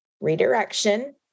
redirection